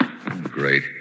Great